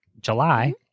july